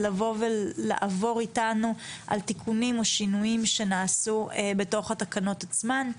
לבוא ולעבור אתנו על תיקונים או שינויים שנעשו בתוך התקנות עצמן.